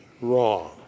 wrong